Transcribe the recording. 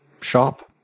shop